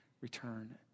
return